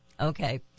okay